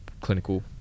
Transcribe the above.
clinical